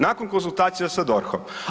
Nakon konzultacija sa DORH-om.